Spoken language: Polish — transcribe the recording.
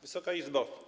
Wysoka Izbo!